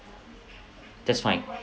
that's fine